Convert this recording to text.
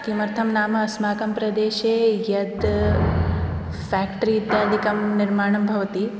किमर्थं नाम अस्माकं प्रदेशे यत् फेक्टरी इत्यादिकं निर्माणं भवति